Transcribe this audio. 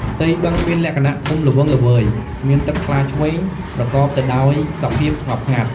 ផ្ទៃបឹងមានលក្ខណ:ធំល្វឹងល្វើយ មានទឹកថ្លាឈ្វេង ប្រកបទៅដោយសភាពស្ងប់ស្ងាត់។